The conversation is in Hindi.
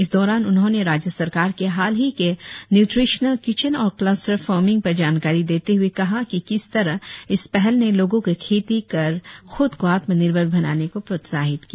इस दौरान उन्होंने राज्य सरकार के हाल ही के न्युट्रिशनल किचन और क्लस्टर फार्मिंग पर जानकारी देते हए कहा कि किस तरह इस पहल ने लोगों को खेती कर खूद को आत्म निर्भर बनाने को प्रोत्साहित किया